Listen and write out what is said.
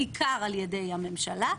בעיקר על-ידי הממשלה,